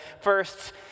first